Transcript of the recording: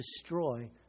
destroy